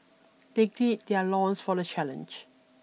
they gird their loins for the challenge